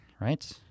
right